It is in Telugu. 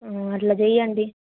అట్ల చేయండి